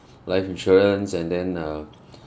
life insurance and then err